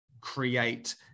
create